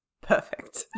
perfect